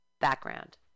background